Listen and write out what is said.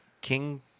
king